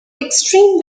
extreme